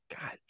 God